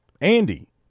Andy